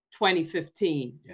2015